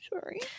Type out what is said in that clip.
Sorry